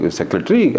secretary